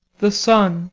the sun.